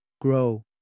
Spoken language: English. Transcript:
grow